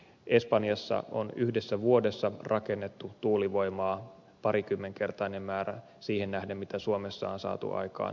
espanjassa on yhdessä vuodessa rakennettu tuulivoimaa parikymmenkertainen määrä siihen nähden mitä suomessa on saatu aikaan tähän asti